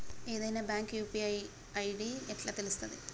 ఏదైనా bank UPI ID ఎట్లా తెలుత్తది?